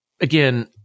again